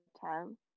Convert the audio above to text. time